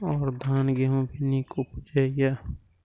और धान गेहूँ भी निक उपजे ईय?